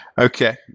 okay